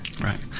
Right